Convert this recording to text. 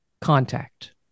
contact